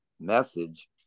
message